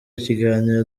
ikiganiro